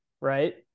right